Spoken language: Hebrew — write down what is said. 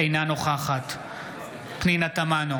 אינה נוכחת פנינה תמנו,